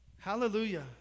hallelujah